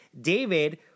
David